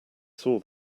saw